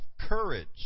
courage